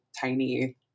tiny